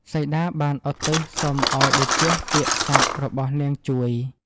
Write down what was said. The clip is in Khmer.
សីតាបានឧទ្ទិសសុំឱ្យតេជះពាក្យសត្យរបស់នាងជួយ។